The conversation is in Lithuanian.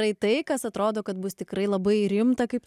tai tai kas atrodo kad bus tikrai labai rimta kaip tu